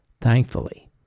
Thankfully